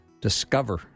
discover